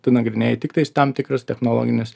tu nagrinėji tiktais tam tikrus technologinius